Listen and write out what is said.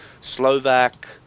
Slovak